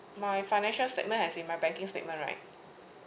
my financial statement as in my banking statement right